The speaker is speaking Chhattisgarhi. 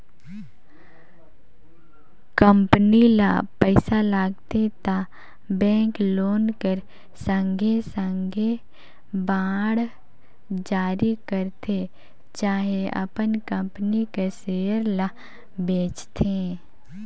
कंपनी ल पइसा लागथे त बेंक लोन कर संघे संघे बांड जारी करथे चहे अपन कंपनी कर सेयर ल बेंचथे